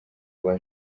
rwa